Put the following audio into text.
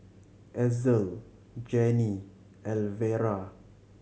Ezell Janie Elvera